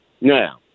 Now